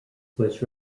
was